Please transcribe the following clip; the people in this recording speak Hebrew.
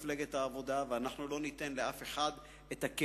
חברי לקבוצת הארבעה - חבר הכנסת עמיר פרץ,